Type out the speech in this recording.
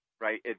right